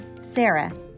Sarah